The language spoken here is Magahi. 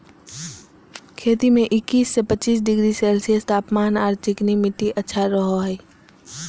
खेती में इक्किश से पच्चीस डिग्री सेल्सियस तापमान आर चिकनी मिट्टी अच्छा रह हई